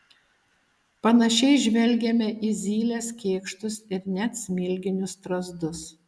panašiai žvelgiame į zyles kėkštus ir net smilginius strazdus